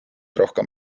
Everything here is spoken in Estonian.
rohkem